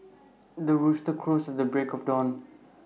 the rooster crows at the break of dawn